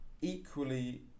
equally